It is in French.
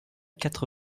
quatre